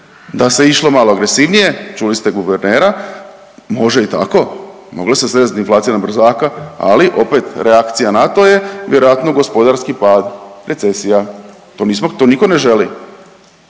Da se išlo malo agresivnije, čuli ste guvernera, može i tako, mogla se svest inflacija na brzaka, ali opet reakcija na to je vjerojatno gospodarski pad, recesija, to nismo, to